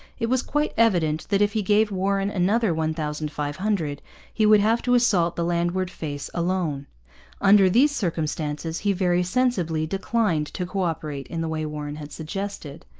it was quite evident that if he gave warren another one thousand five hundred he would have to assault the landward face alone under these circumstances he very sensibly declined to co-operate in the way warren had suggested.